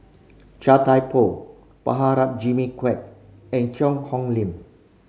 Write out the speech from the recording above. Chia Thye Poh Prabhakara Jimmy Quek and Cheang Hong Lim